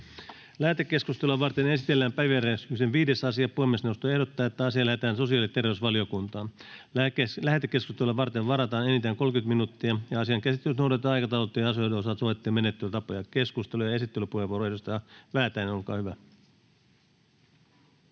Lähetekeskustelua varten esitellään päiväjärjestyksen 5. asia. Puhemiesneuvosto ehdottaa, että asia lähetetään sosiaali- ja terveysvaliokuntaan. Lähetekeskustelua varten varataan enintään 30 minuuttia. Asian käsittelyssä noudatetaan aikataulutettujen asioiden osalta sovittuja menettelytapoja. Keskustelu. — Esittelypuheenvuoro, edustaja Väätäinen, olkaa hyvä.